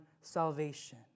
salvation